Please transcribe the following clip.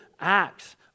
acts